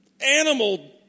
animal